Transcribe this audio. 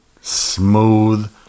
smooth